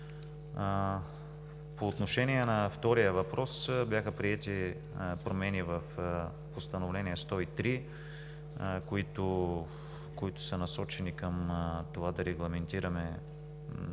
По отношение на втория въпрос – бяха приети промени в Постановление № 103, които са насочени към това да регламентираме